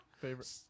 Favorite